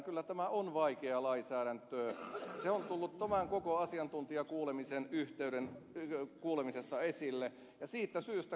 kyllä tämä on vaikeaa lainsäädäntöä se on tullut koko asiantuntijakuulemisessa esille